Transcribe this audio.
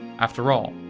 after all,